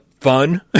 fun